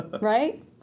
right